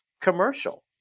commercial